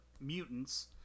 Mutants